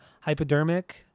Hypodermic